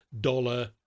dollar